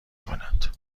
کند